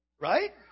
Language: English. Right